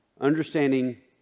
understanding